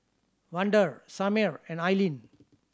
Vander Samir and Aileen